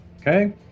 okay